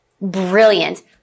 brilliant